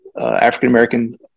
African-American